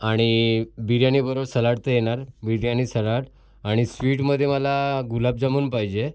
आणि बिर्याणीबरोबर सलाड तर येणार बिर्याणी सलाड आणि स्वीटमध्ये मला गुलाबजामून पाहिजे